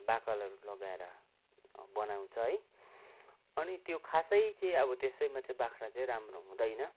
बाकलहरू लगाएर बनाउँछ है अनि त्यो खासै चाहिँ अब त्यसैमा चाहिँ बाख्रा चाहिँ राम्रो हुँदैन